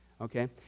okay